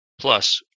plus